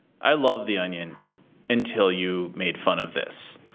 i loved the onion until you made fun of this.